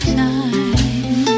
time